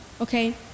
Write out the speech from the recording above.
Okay